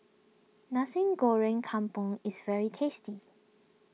Nasi Goreng Kampung is very tasty